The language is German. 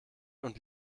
und